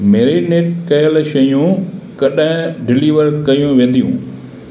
marinate कयल शयूं कॾहिं डिलीवर कयूं वेंदियूं